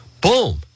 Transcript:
boom